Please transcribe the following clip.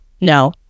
No